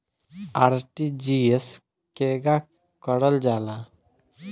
RTGS केगा करलऽ जाला?